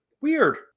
Weird